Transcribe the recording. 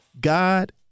God